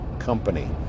company